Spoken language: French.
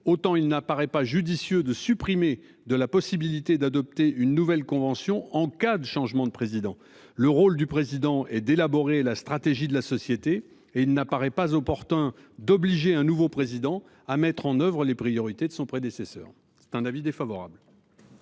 autant il n'apparaît pas judicieux de supprimer de la possibilité d'adopter une nouvelle convention en cas de changement de président le rôle du président et d'élaborer la stratégie de la société et il n'apparaît pas opportun d'obliger un nouveau président à mettre en oeuvre les priorités de son prédécesseur. C'est un avis défavorable.